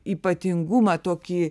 ypatingumą tokį